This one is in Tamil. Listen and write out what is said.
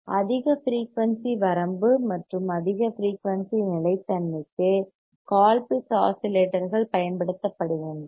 அதிக ஃபிரீயூன்சி வரம்பு மற்றும் அதிக ஃபிரீயூன்சி நிலைதன்மைக்கு stability ஸ்டெபிளிட்டி கோல்பிட்ஸ் ஆஸிலேட்டர்கள் பயன்படுத்தப்படுகின்றன